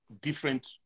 different